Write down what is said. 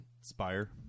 Spire